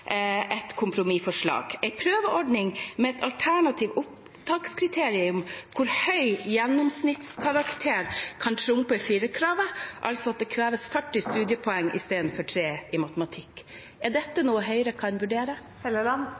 et kompromissforslag, en prøveordning med et alternativt opptakskriterium hvor høy gjennomsnittskarakter kan trumfe firerkravet, altså at det kreves 40 studiepoeng istedenfor karakteren 3 i matematikk. Er dette noe Høyre kan vurdere?